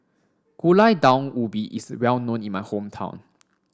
Gulai Daun Ubi is well known in my hometown